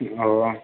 हँ